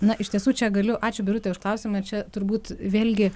na iš tiesų čia galiu ačiū birute už klausiamą ir čia turbūt vėlgi